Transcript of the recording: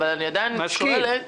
אני מסכים.